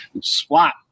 Swat